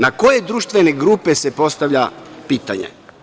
Na koje društvene grupe se postavlja pitanje?